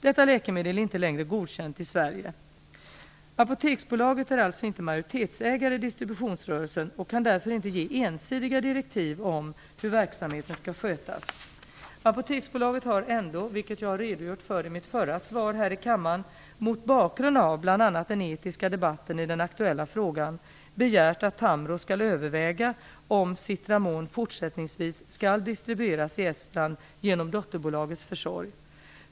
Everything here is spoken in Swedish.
Detta läkemedel är inte längre godkänt i Sverige. Apoteksbolaget är alltså inte majoritetsägare i distributionsrörelsen och kan därför inte ge ensidiga direktiv om hur verksamheten skall skötas. Apoteksbolaget har ändå, vilket jag har redogjort för i mitt förra svar här i kammaren, mot bakgrund av bl.a. den etiska debatten i den aktuella frågan begärt att Tamro skall överväga om Citramon fortsättningsvis skall distribueras i Estland genom dotterbolagets försorg.